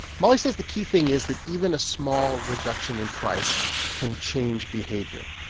molly says the key thing is that even a small reduction in price can change behavior.